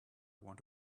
want